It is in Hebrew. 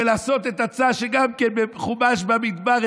ובא בהצעה שגם כן בחומש במדבר,